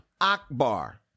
Akbar